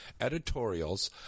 editorials